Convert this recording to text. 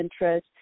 interest